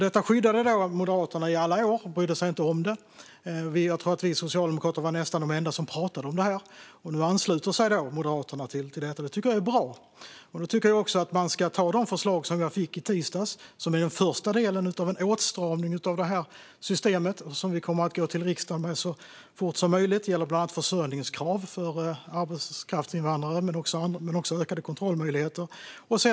Detta skyddade Moderaterna i alla år och brydde sig inte om. Jag tror att vi socialdemokrater var nästan de enda som pratade om detta. Nu ansluter sig Moderaterna till detta, och det tycker jag är bra. Jag tycker att man ska anta det förslag som vi fick i tisdags. Det är den första delen av en åtstramning av systemet som vi kommer att gå till riksdagen med så fort som möjligt. Det gäller bland annat försörjningskrav för arbetskraftsinvandrare men också ökade kontrollmöjligheter.